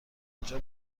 اینجا